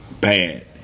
bad